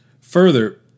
Further